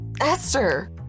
Esther